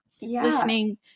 listening